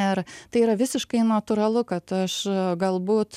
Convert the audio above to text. ir tai yra visiškai natūralu kad aš galbūt